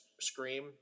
Scream